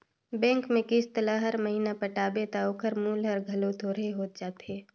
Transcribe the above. bank में किस्त ल हर महिना पटाबे ता ओकर मूल हर घलो थोरहें होत जाथे